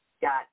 got